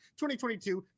2022